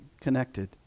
connected